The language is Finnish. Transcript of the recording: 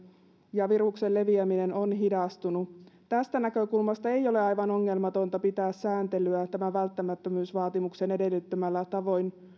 ja viruksen leviäminen on hidastunut tästä näkökulmasta ei ole aivan ongelmatonta pitää sääntelyä tämän välttämättömyysvaatimuksen edellyttämällä tavoin